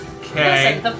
Okay